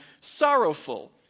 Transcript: sorrowful